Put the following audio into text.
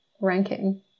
ranking